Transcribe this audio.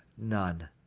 none.